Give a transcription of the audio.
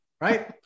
right